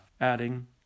adding